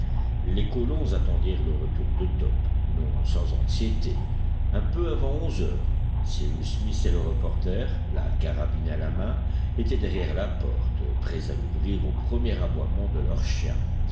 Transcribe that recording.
les colons attendirent le retour de top non sans anxiété un peu avant onze heures cyrus smith et le reporter la carabine à la main étaient derrière la porte prêts à l'ouvrir au premier aboiement de leur chien